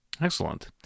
Excellent